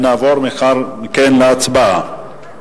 לאחר מכן נעבור להצבעה.